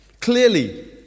Clearly